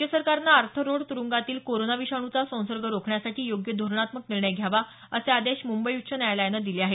राज्य सरकारनं Arthur Road तुरुंगातील कोरोना विषाणूचा संसर्ग रोखण्यासाठी योग्य धोरणात्मक निर्णय घ्यावा असे आदेश मुंबई उच्च न्यायालयानं दिले आहेत